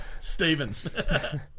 Stephen